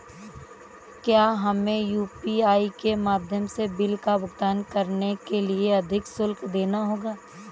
क्या हमें यू.पी.आई के माध्यम से बिल का भुगतान करने के लिए अधिक शुल्क देना होगा?